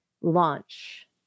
launch